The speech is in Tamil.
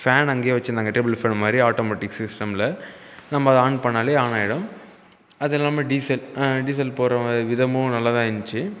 ஃபேன் அங்கேயே வைச்சிருந்தாங்க டேபிள் ஃபேன் மாதிரி ஆட்டோமேட்டிக் சிஸ்டமில் நம்ம அதை ஆன் பண்ணிணாலே ஆன் ஆகிடும் அது இல்லாமல் டீசல் டீசல் போடுகிற விதமும் நல்லாதான் இருந்துச்சு